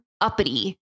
uppity